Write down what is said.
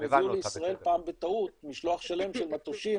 גם הביאו לישראל פעם בטעות משלוח שלם של מטושים